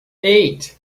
eight